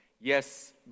Yes